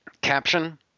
caption –